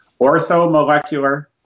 Orthomolecular